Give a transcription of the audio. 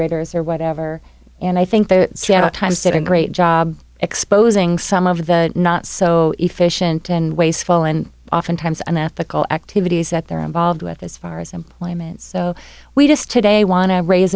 directors or whatever and i think the seattle times did a great job exposing some of the not so efficient and wasteful and often times on ethical activities that they're involved with as far as employment so we just today want to raise